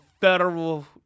federal